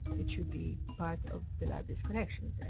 it should be part of the library's collections.